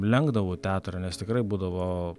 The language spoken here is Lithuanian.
lenkdavau teatrą nes tikrai būdavo